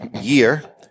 year